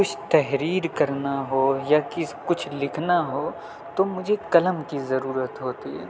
کچھ تحریر کرنا ہو یا کس کچھ لکھنا ہو تو مجھے قلم کی ضرورت ہوتی ہے